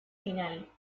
final